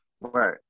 right